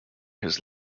his